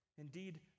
Indeed